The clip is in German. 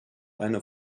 eine